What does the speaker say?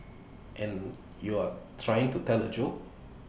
and you're trying to tell A joke